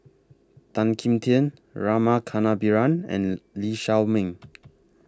Tan Kim Tian Rama Kannabiran and Lee Shao Meng